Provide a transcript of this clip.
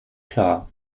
klar